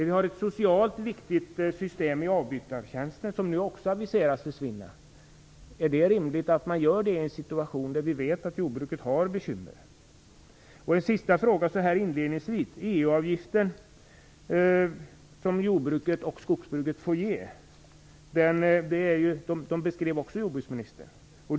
Vi har ett socialt viktigt system i avbytartjänsten, som nu också aviseras försvinna. Är det rimligt i en situation där vi vet att jordbruket har bekymmer? En sista fråga så här inledningsvis. Jordbruksministern beskrev också EU-avgiften som jordbruket och skogsbruket skall betala.